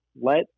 let